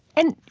and,